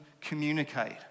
communicate